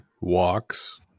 walks